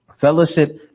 fellowship